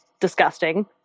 disgusting